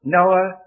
Noah